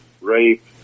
rape